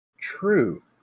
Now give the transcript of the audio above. true